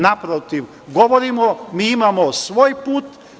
Naprotiv, govorimo da mi imamo svoj put.